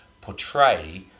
portray